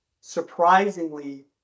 surprisingly